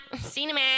Cinema